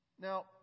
Now